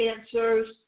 answers